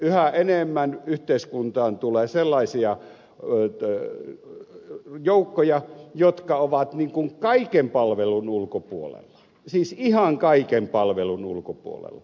yhä enemmän yhteiskuntaan tulee sellaisia joukkoja jotka ovat kaiken palvelun ulkopuolella siis ihan kaiken palvelun ulkopuolella